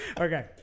Okay